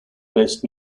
best